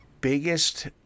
biggest